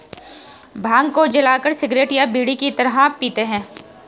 भांग को जलाकर सिगरेट या बीड़ी की तरह पीते हैं